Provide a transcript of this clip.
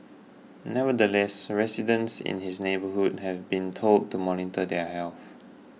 nevertheless residents in his neighbourhood have been told to monitor their health